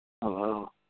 Hello